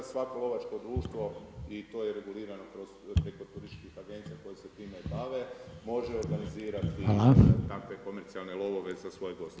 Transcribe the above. Svako lovačko društvo i to je regulirano preko turističkih agencija koje se time bave može organizirati takve komercijalne lovove za svoje goste.